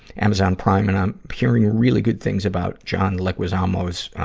amazon prime. and i'm hearing really good things about john leguizamo's,